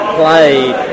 played